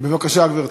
בבקשה, גברתי.